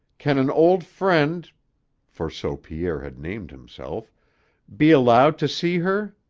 can an old friend for so pierre had named himself be allowed to see her?